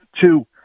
Two